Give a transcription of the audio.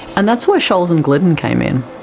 and that's where scholes and glidden came in.